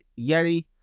yeti